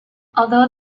although